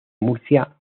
murcia